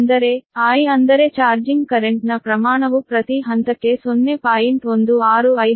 ಅಂದರೆ i ಅಂದರೆ charging ಕರೆಂಟ್ನ ಪ್ರಮಾಣವು ಪ್ರತಿ ಹಂತಕ್ಕೆ 0